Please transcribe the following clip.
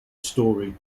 story